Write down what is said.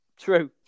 True